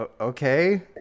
Okay